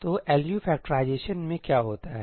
तो L U factorization में क्या होता है